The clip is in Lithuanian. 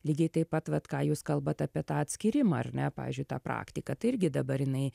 lygiai taip pat vat ką jūs kalbat apie tą atskyrimą ar ne pavyzdžiui tą praktiką tai irgi dabar jinai